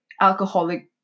alcoholic